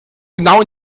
genau